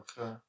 okay